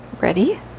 Ready